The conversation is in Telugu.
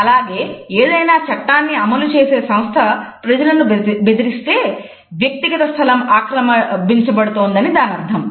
అలాగే ఏదైనా చట్టాన్ని అమలు చేసే సంస్థ ప్రజలను బెదిరిస్తే వ్యక్తిగత స్థలం ఆక్రమించబడుతున్నదని దాని అర్థం